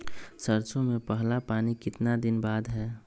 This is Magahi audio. सरसों में पहला पानी कितने दिन बाद है?